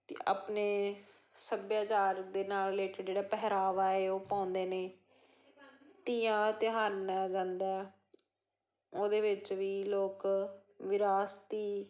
ਅਤੇ ਆਪਣੇ ਸੱਭਿਆਚਾਰ ਦੇ ਨਾਲ ਰਿਲੇਟਿਡ ਜਿਹੜਾ ਪਹਿਰਾਵਾ ਹੈ ਉਹ ਪਾਉਂਦੇ ਨੇ ਧੀਆਂ ਦਾ ਤਿਉਹਾਰ ਮਨਾਇਆ ਜਾਂਦਾ ਉਹਦੇ ਵਿੱਚ ਵੀ ਲੋਕ ਵਿਰਾਸਤੀ